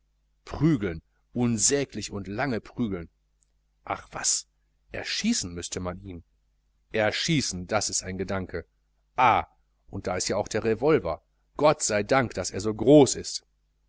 prügeln unsäglich und lange prügeln ach was erschießen müßte man ihn erschießen das ist ein gedanke ah und da ist ja auch der revolver gottseidank daß er so groß ist